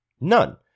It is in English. None